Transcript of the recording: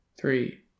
three